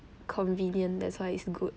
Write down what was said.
convenient that's why it's good